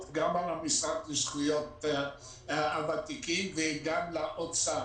גם על המשרד לזכויות הוותיקים וגם לאוצר.